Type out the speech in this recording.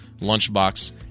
lunchbox